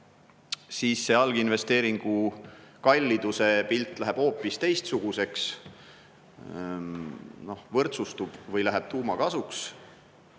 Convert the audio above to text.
läheb see alginvesteeringu kalliduse pilt hoopis teistsuguseks: võrdsustub või [räägib] tuuma kasuks.